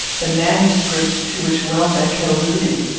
the manuscript to which welbeck had alluded,